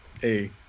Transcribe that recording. hey